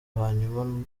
hanyuma